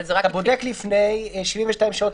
אבל זה רק ------ אתה בודק לפני 72 שעות,